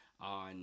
on